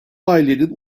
ailenin